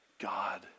God